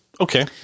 Okay